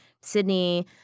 Sydney